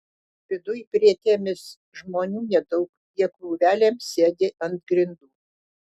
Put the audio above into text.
viduj prietėmis žmonių nedaug jie krūvelėm sėdi ant grindų